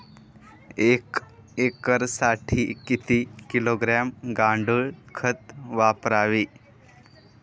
एक एकरसाठी किती किलोग्रॅम गांडूळ खत वापरावे?